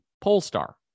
Polestar